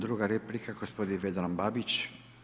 Druga replika, gospodin Vedran Babić.